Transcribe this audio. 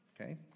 Okay